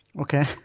Okay